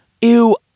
ew